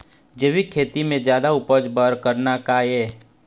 जैविक खेती म जादा उपज बर का करना ये?